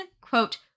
quote